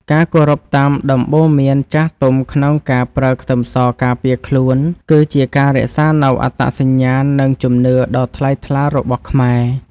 ការគោរពតាមដំបូន្មានចាស់ទុំក្នុងការប្រើខ្ទឹមសការពារខ្លួនគឺជាការរក្សានូវអត្តសញ្ញាណនិងជំនឿដ៏ថ្លៃថ្លារបស់ខ្មែរ។